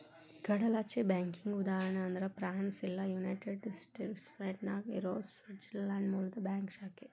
ಕಡಲಾಚೆಯ ಬ್ಯಾಂಕಿಗಿ ಉದಾಹರಣಿ ಅಂದ್ರ ಫ್ರಾನ್ಸ್ ಇಲ್ಲಾ ಯುನೈಟೆಡ್ ಸ್ಟೇಟ್ನ್ಯಾಗ್ ಇರೊ ಸ್ವಿಟ್ಜರ್ಲ್ಯಾಂಡ್ ಮೂಲದ್ ಬ್ಯಾಂಕ್ ಶಾಖೆ